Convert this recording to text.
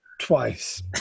twice